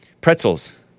pretzels